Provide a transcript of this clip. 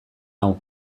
hau